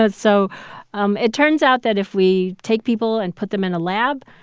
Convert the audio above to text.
but so um it turns out that if we take people and put them in a lab,